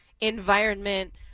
environment